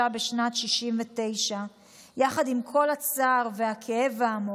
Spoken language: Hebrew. בשנת 1969. יחד עם כל הצער והכאב העמוק,